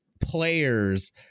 players